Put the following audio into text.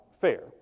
fair